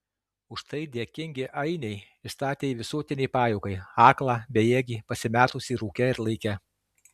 už tai dėkingi ainiai išstatė jį visuotinei pajuokai aklą bejėgį pasimetusį rūke ir laike